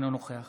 אינו נוכח